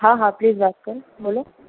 હા હા પ્લીસ વાત કરો બોલો